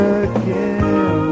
again